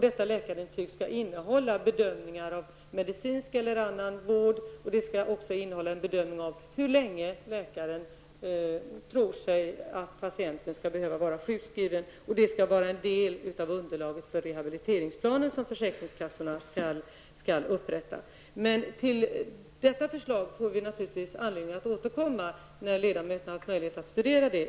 Detta läkarintyg skall innehålla bedömningar av medicinsk eller annan vård, och det skall också innehålla en bedömning av hur länge läkaren tror att patienten skall behöva vara sjukskriven. Detta skall vara en del av underlaget för den rehabiliteringsplan som försäkringskassorna skall upprätta. Till detta förslag får vi naturligtvis anledning att återkomma när ledamöterna har haft möjlighet att studera det.